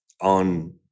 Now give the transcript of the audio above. on